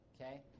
okay